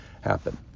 happen